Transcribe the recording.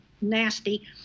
nasty